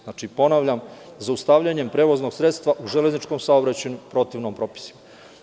Znači, ponavljam, zaustavljanje prevoznog sredstva u železničkom saobraćaju protivno propisima.